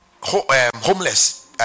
homeless